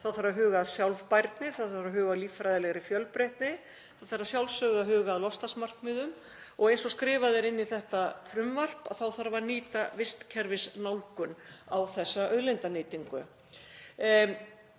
þá þarf að huga að sjálfbærni. Það þarf að huga að líffræðilegri fjölbreytni. Það þarf að sjálfsögðu að huga að loftslagsmarkmiðum og eins og skrifað er inn í þetta frumvarp þá þarf að nýta vistkerfisnálgun á þessa auðlindanýtingu.